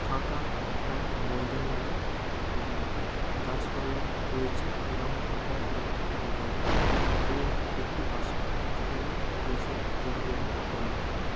ফাঁকা একটা ময়দান লাগে যেখানে গাছপালা রয়েছে এরকম ফাঁকা একর একটা ময়দান এবং একটি আসন যেখানে বসে যোগব্যায়াম করা হয়